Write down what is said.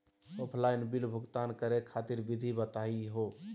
Offline bill भुगतान करे खातिर विधि बताही हो?